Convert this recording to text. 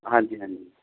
ਹਾਂਜੀ ਹਾਂਜੀ